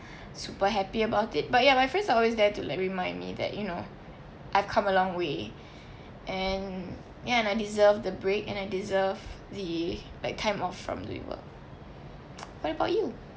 super happy about it but ya my friends are always there to like remind me that you know I've come a long way and yeah and I deserve the break and I deserve the like time off from doing work what about you